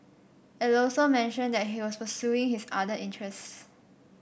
it also mentioned that he was pursuing his other interests